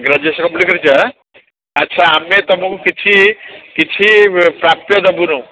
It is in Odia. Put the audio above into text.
ଗ୍ରାଜୁଏସନ୍ କମ୍ଲିଟ୍ କରିଛ ଆଁ ଆଚ୍ଛା ଆମେ ତୁମକୁ କିଛି କିଛି ପ୍ରାପ୍ୟ ଦେବୁନୁ